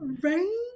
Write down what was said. Right